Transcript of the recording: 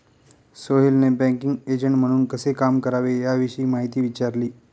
सोहेलने banking agent म्हणून कसे काम करावे याविषयी माहिती विचारली